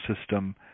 system